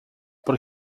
por